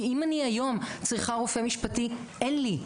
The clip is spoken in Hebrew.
כי אם אני היום צריכה רופא משפטי אין לי.